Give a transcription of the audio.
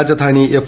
Rajdhani F